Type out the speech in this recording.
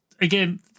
again